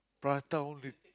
prata only